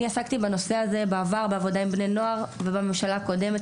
אני עסקתי בנושא הזה בעבר בעבודה עם בני נוער ובממשלה הקודמת,